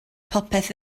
popeth